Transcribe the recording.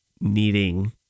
needing